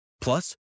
Plus